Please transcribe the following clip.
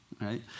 Right